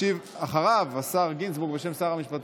הגבלת זכות העמידה),